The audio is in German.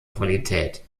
qualität